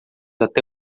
até